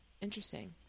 Interesting